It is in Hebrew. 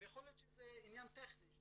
יכול להיות שזה עניין טכני של